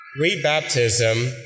Re-baptism